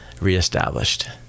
reestablished